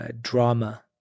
Drama